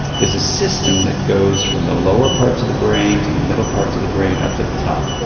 there is a system that goes from the lower parts of the brain to the middle parts of the brain up to the top.